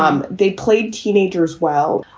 um they played teenagers. well,